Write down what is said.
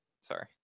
Sorry